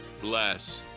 bless